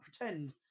pretend